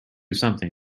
something